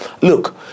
look